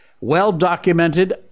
Well-documented